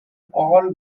all